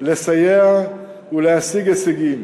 לסייע ולהשיג הישגים,